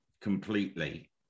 completely